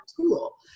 tool